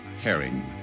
Herring